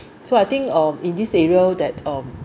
so I think uh in this area that um